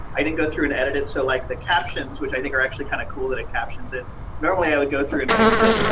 i didn't go through and edit it, so like the captions, which i think are actually kind of cool that it captions it normally i would go through and fix it.